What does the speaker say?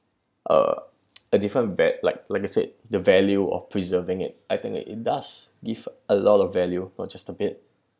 uh a different va~ like like I said the value of preserving it I think it it does give a lot of value not just a bit